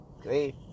great